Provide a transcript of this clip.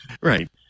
Right